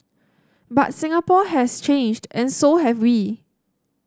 but Singapore has changed and so have we